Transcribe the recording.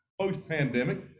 post-pandemic